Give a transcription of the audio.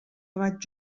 vaig